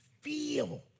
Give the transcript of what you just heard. feel